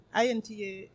INTA